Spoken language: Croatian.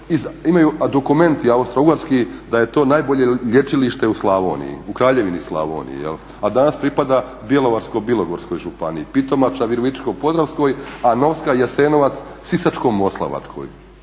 imaju dokumenti austro-ugarski da je to najbolje lječilište u Kraljevini Slavoniji. A danas pripada Bjelovarsko-bilogorskoj županiji, Pitomača Virovitičko-podravskoj, a Novska i Jasenovac Sisačko-moslavačkoj